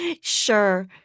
sure